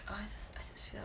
I just I just feel like